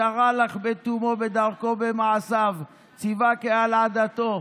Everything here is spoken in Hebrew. ישר הלך בתומו, בדרכו, במעשיו / ציווה קהל עדתו".